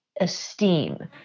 esteem